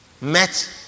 met